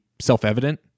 self-evident